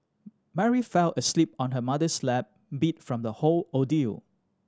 Mary fell asleep on her mother's lap beat from the whole ordeal